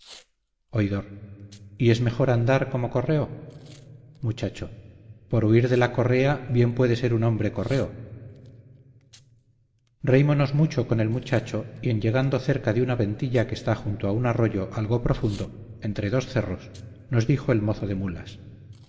oidor y es mejor andar como correo muchacho por huir de la correa bien puede ser un hombre correo reímonos mucho con el muchacho y en llegando cerca de una ventilla que está junto a un arroyo algo profundo entre dos cerros nos dijo el mozo de mulas